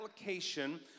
application